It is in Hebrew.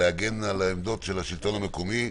להגן על העמדות של השלטון המקומי.